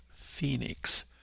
Phoenix